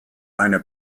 eine